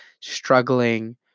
struggling